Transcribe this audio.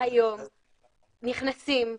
היום נכנסים,